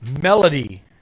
Melody